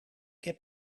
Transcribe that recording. heb